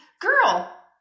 Girl